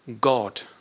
God